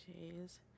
Jeez